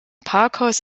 parkhaus